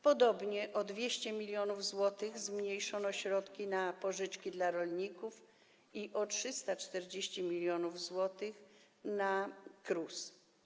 Podobnie o 200 mln zł zmniejszono środki na pożyczki dla rolników i o 340 mln zł na KRUS.